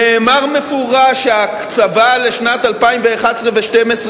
נאמר מפורש שההקצבה לשנת 2011 ו-2012